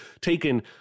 Taken